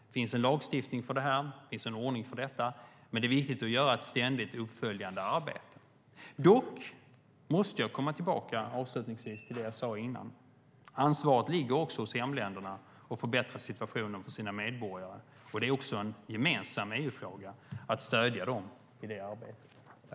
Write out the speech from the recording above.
Det finns en lagstiftning för det, det finns en ordning för det, och det är viktigt att göra ett ständigt uppföljande arbete. Dock måste jag avslutningsvis komma tillbaka till det som jag sade tidigare, att ansvaret för att förbättra situationen för medborgarna också ligger hos hemländerna. Att stödja dem i det arbetet är en gemensam EU-fråga.